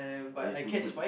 I used to put